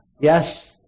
Yes